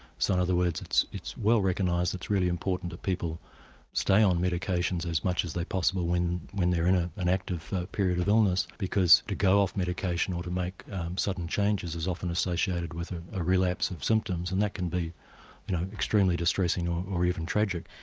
so in other words it's it's well recognised, it's really important that people stay on medications as much as possible when when they are in ah an active period of illness because to go off medication or to make sudden changes is often associated with a ah relapse of symptoms, and that can be you know extremely distressing or or even tragic.